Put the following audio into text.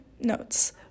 notes